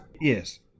Yes